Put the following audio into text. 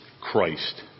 Christ